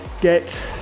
get